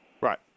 Right